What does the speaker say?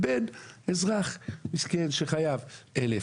לעומת זאת יש אזרח מסכן שחייב 1,000,